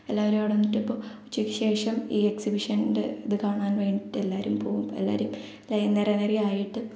എല്ലാവരും അവിടെ നിന്നിട്ട് ഇപ്പം ഉച്ചയ്ക്ക് ശേഷം ഈ എക്സിബിഷൻ്റെ ഇത് കാണാൻ വേണ്ടിയിട്ട് എല്ലാവരും പോകും എല്ലാരും ലൈ നിര നിരയായിട്ട്